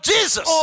Jesus